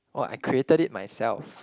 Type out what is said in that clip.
(woah) I created it myself